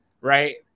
Right